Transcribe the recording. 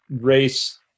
race